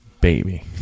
baby